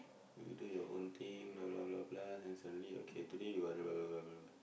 you do your own thing blah blah blah blah then suddenly okay today you will blah blah blah blah